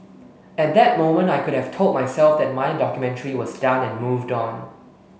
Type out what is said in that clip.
at that moment I could have told myself that my documentary was done and moved on